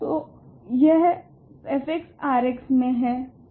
तो यह f R में है